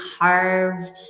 carved